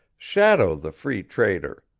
shadow the free trader.